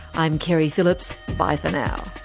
i'm keri phillips. bye for now